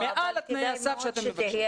זה מעל תנאי הסף שאתה מבקש.